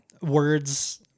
Words